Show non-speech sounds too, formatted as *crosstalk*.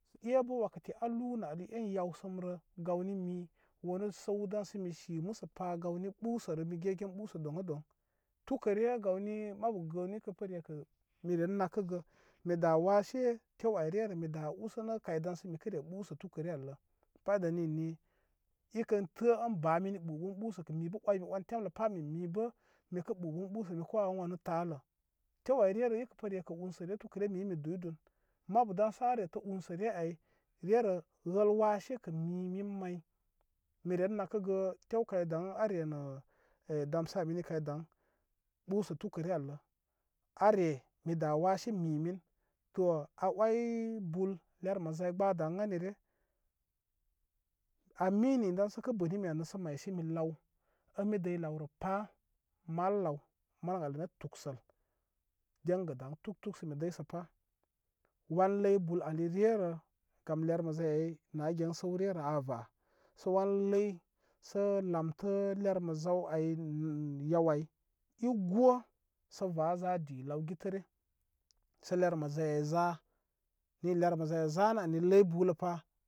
Sə ebə wakati alunə ali ən yawsənirə gawni mi wanə səw daŋsə misi məsəpa gawni ɓusə rə mige gen ɓusə doŋ a doŋ tukəre gawni mabu gəni əpə rekə mi ren nakə gə mida wase tew ay rerə midə usənə kay daŋsa mikəre ɓusə tukəre allə banda ninni ikən tə in ba mini ɓu ɓusə ɓusə kə mibə oymi on temlə pa min miba mikə ɓu ɓun ɓusə mi wawəwan wanu talə tew ay rerə ipə reka-unsə tuka re mibə mi duyidun mabu daŋsə a retə unsəre ay rerə wəl wase kə mi min may mi rem nakəgə tew kaw dan are nə damsa mini kay daŋ ɓusə tukə re allə a re mi da wase mi mi min, tó a oy bul ɓermə zay gbə da ən anire a mi ni daysə kə bəni ayrə sə kə maysimi law ən midəy lawrə pa mal law, mal aw nə tuksəl deŋsə dan tuk tuk sə ma dəysə pa wan ləy bul al lirerə gam termə zay ay na gen səw rerə a va sə wan ləy sə lamtə lermə zaw ay *hesitation* yaw ay i go sə va za di law gitəre sə lermə zaw aw za ni lermə zaw ay zanə ali ləy buləpa.